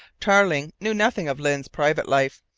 tarling knew nothing of lyne's private life,